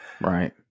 Right